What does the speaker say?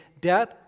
death